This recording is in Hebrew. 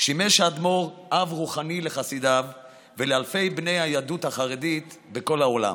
שימש האדמו"ר אב רוחני לחסידיו ולאלפי בני היהדות החרדית בכל העולם.